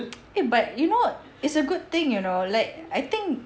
eh but you know it's a good thing you know like I think